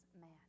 man